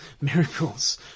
miracles